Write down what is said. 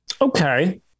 okay